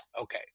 Okay